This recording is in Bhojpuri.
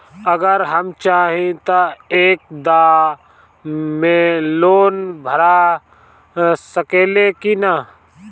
अगर हम चाहि त एक दा मे लोन भरा सकले की ना?